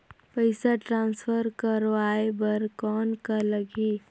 पइसा ट्रांसफर करवाय बर कौन का लगही?